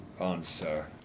answer